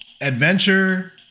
adventure